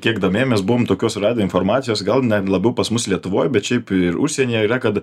kiek domėjomės buvom tokios radę informacijos gal ne labiau pas mus lietuvoj bet šiaip ir užsienyje yra kad